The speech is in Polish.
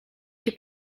się